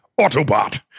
Autobot